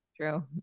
True